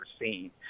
seen